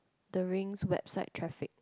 the rings website traffic